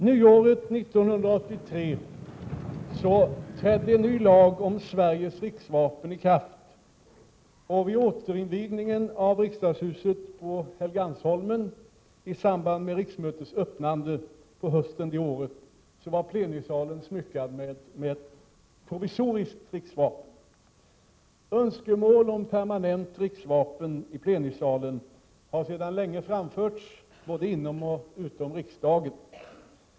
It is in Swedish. Nyåret 1983 trädde en ny lag om Sveriges riksvapen i kraft, och vid återinvigningen av riksdagshuset på Helgeandsholmen i samband med riksmötets öppnande på hösten det året var plenisalen prydd med ett provisoriskt riksvapen. Så har därefter varit fallet när riksmötet öppnats. Önskemål om en permanent placering av riksvapnet i plenisalen har sedan länge framförts både inom och utom riksdagen.